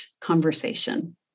conversation